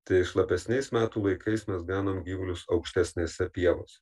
tai šlapesniais metų laikais mes ganom gyvulius aukštesnėse pievos